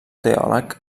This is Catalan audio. teòleg